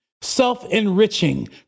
self-enriching